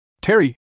Terry